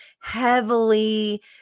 heavily